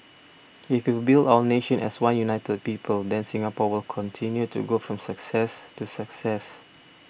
if we build our nation as one united people then Singapore will continue to go from success to success